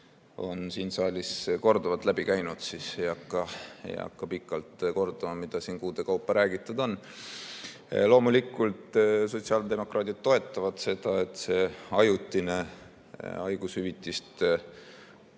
on siit saalist korduvalt läbi käinud, ei hakka pikalt kordama, mida siin kuude kaupa räägitud on. Loomulikult sotsiaaldemokraadid toetavad seda, et see ajutine haigushüvitiste